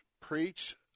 preach